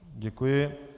Děkuji.